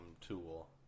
tool